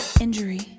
Injury